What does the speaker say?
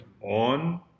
on